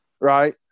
right